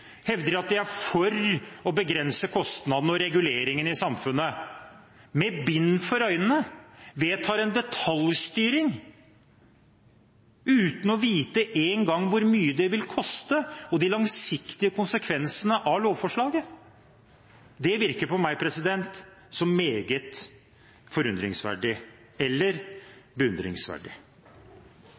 hevder at de er for å begrense kostnadene og reguleringene i samfunnet, med bind for øynene får vedtatt en detaljstyring – uten engang å vite hvor mye det vil koste, og hva som er de langsiktige konsekvensene av lovforslaget. Det virker på meg som meget forunderlig – eller beundringsverdig.